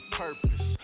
purpose